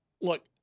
look